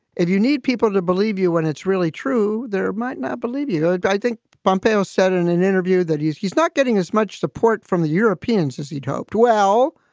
if you need people to believe you when it's really true, there might not believe you. good guy, but i think. pompeo said in an interview that he's he's not getting as much support from the europeans as he'd hoped. well,